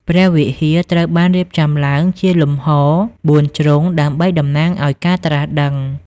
ព្រះវិហារ ត្រូវបានរៀបចំឡើងជាលំហបួនជ្រុងដើម្បីតំណាងឱ្យការត្រាស់ដឹង។